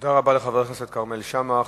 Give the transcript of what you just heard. תודה רבה לחבר הכנסת כרמל שאמה.